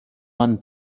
man